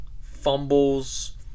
fumbles